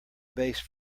base